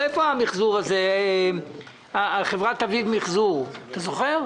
מיקי, את חברת אביב מיחזור מרמת נגב אתה זוכר?